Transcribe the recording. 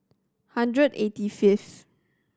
hundred and eighty fifth